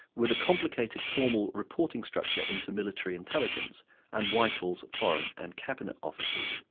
with a complicated formal reporting structure into military intelligence and whitehall's foreign and cabinet offices.